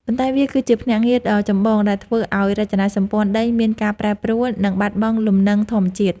ប៉ុន្តែវាគឺជាភ្នាក់ងារដ៏ចម្បងដែលធ្វើឱ្យរចនាសម្ព័ន្ធដីមានការប្រែប្រួល និងបាត់បង់លំនឹងធម្មជាតិ។